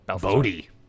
Bodhi